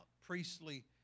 priestly